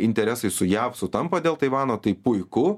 interesai su jav sutampa dėl taivano tai puiku